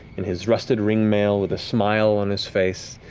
in his rusted ring mail, with a smile on his face.